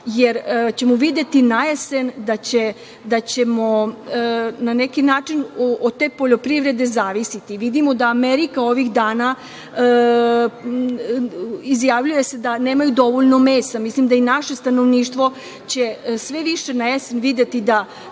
jer ćemo videti na jesen da ćemo na neki način od te poljoprivrede zavisiti. Vidimo da Amerika ovih dana izjavljuje da nema dovoljno mesa. Mislim da i naše stanovništvo će sve više na jesen videti da